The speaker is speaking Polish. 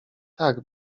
tak